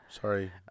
Sorry